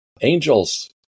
Angels